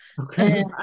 Okay